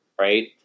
right